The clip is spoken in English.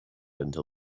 until